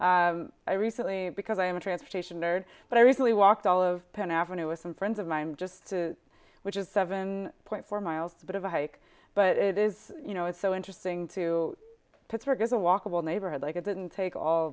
n i recently because i am a transportation nerd but i recently walked all of penn avenue with some friends of mine just to which is seven point four miles a bit of a hike but it is you know it's so interesting to pittsburgh is a walkable neighborhood like it didn't take all